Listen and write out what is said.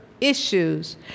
issues